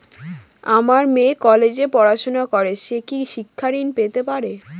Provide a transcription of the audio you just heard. আমার মেয়ে কলেজে পড়াশোনা করে সে কি শিক্ষা ঋণ পেতে পারে?